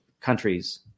countries